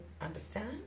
understand